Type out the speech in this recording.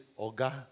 Oga